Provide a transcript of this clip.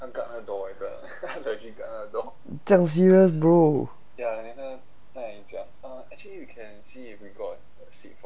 这样 serious bro